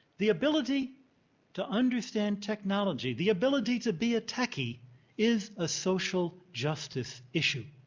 the ability to understand technology, the ability to be a techie is a social justice issue.